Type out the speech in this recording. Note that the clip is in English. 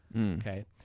okay